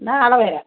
എന്നാൽ നാളെ വരാം